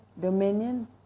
dominion